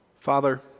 Father